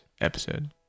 episode